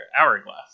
hourglass